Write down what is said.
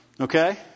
Okay